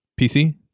PC